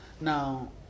Now